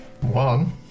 one